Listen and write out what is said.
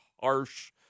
harsh